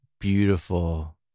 beautiful